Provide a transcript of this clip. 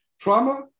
Trauma